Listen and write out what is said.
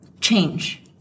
change